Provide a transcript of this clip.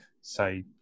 say